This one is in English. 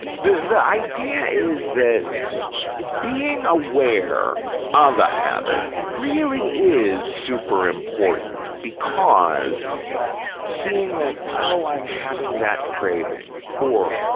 the the idea is that being aware of a habit really is super important because seeing that, oh, i'm having that craving, or,